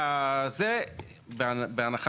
אתה יודע מה?